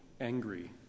angry